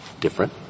different